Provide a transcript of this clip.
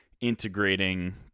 integrating